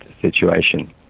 situation